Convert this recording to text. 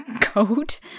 coat